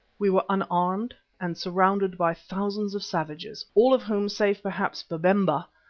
we were unarmed and surrounded by thousands of savages, all of whom save perhaps babemba,